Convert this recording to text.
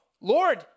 Lord